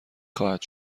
خواهد